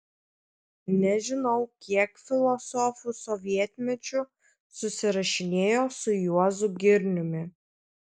nežinau kiek filosofų sovietmečiu susirašinėjo su juozu girniumi